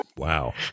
Wow